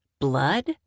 blood